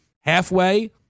halfway